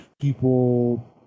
people